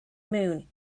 moon